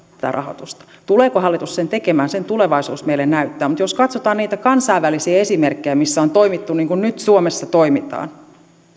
tätä rahoitusta tuleeko hallitus sen tekemään sen tulevaisuus meille näyttää mutta jos katsotaan niitä kansainvälisiä esimerkkejä missä on toimittu niin kuin nyt suomessa toimitaan